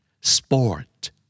Sport